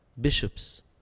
bishops